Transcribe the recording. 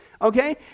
Okay